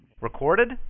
Recorded